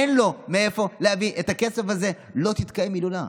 אין לו מאיפה להביא את הכסף הזה ולא תתקיים הילולה.